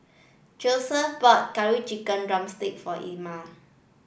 Joseph bought curry chicken drumstick for Ilma